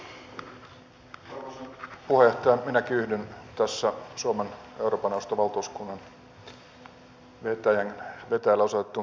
minäkin yhdyn tässä suomen euroopan neuvoston valtuuskunnan vetäjälle osoitettuihin kiitoksiin